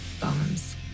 bombs